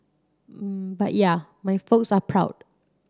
but yeah my folks are proud